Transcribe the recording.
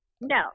No